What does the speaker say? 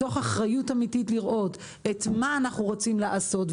מתוך אחריות אמיתית לראות את מה אנחנו רוצים לעשות,